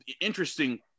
interesting